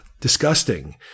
disgusting